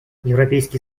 европейский